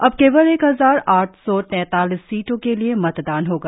अब केवल एक हजार आठ सौ तैतालीस सीटों के लिए मतदान होगा